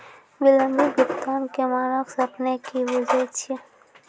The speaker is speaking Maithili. विलंबित भुगतान के मानक से अपने कि बुझै छिए?